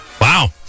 Wow